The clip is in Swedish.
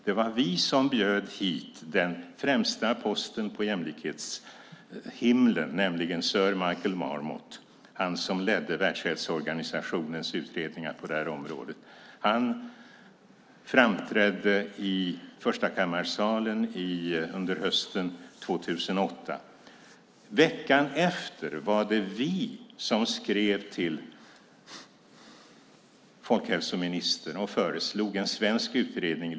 Det var vi som bjöd hit den främsta posten på jämlikhetshimlen, nämligen sir Michael Marmot, han som ledde Världshälsoorganisationens utredningar på det här området. Han framträdde i Förstakammarsalen under hösten 2008. Veckan efter var det vi som skrev till folkhälsoministern och föreslog en likadan svensk utredning.